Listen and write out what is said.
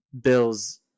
Bills